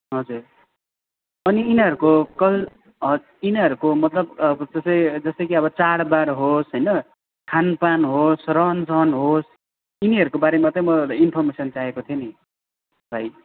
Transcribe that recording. हजुर अनि यिनीहरूको कल यिनीहरूको मतलब जस्तै जस्तै कि अब चाडबाड होस् होइन खानपान होस् रहनसहन होस् यिनीहरूको बारेमा चाहिँ मलाई इन्फर्मेसन चाहिएको थियो नि भाइ